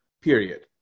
period